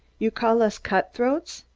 you call us cutthroats.